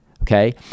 Okay